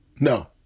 No